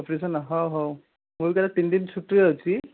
operation ହଉ ମୁଁ ଅବିକା ତିନିଦିନ ଛୁଟିରେ ଅଛି